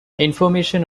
information